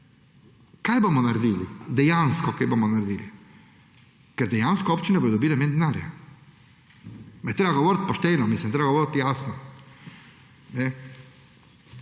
Kaj bomo naredili? Dejansko, kaj bomo naredili? Ker dejansko občine bodo dobile manj denarja. Je treba govoriti pošteno, je treba govoriti jasno.